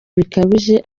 bikabije